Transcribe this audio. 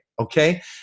Okay